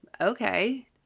okay